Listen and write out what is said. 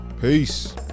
Peace